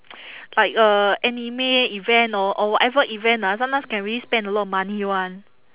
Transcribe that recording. like uh anime event or or whatever event ah sometimes can really spend a lot of money [one]